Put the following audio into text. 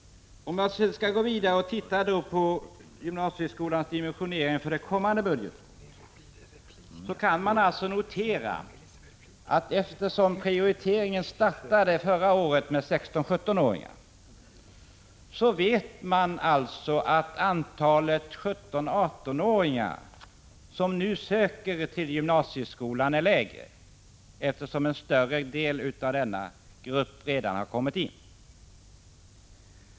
Om man sedan skall gå vidare och se på gymnasieskolans dimensionering det kommande budgetåret, vet man alltså att antalet 17—-18-åringar som nu söker till gymnasieskolan är lägre, eftersom prioriteringen när det gäller 16-17-åringar startade förra året och en större grupp av dessa därmed redan har kommit in.